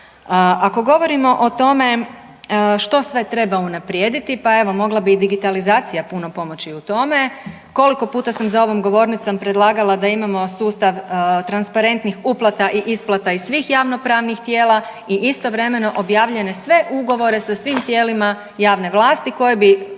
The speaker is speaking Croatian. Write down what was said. Ako govorimo o tome što sve treba unaprijediti, pa evo mogla bi digitalizacija puno pomoći u tome. Koliko puta sam za ovom govornicom predlagala da imamo sustav transparentnih uplata i isplata iz svih javnopravnih tijela i istovremeno objavljene sve ugovore sa svim tijelima javne vlasti koji bi